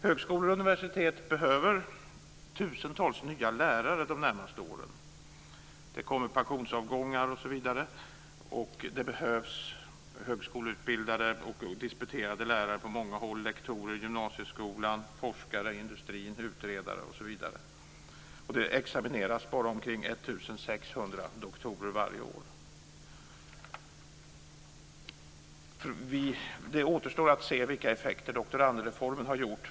Högskolor och universitet behöver tusentals nya lärare under de närmaste åren. Det kommer att bli aktuellt med pensionsavgångar. Det behövs högskoleutbildade och disputerade lärare på många håll, lektorer i gymnasieskolan, forskare i industrin, utredare osv. Det examineras bara ca 1 600 doktorer varje år. Det återstår att se vilka effekter som doktorandreformen har fått.